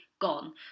gone